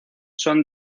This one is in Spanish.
son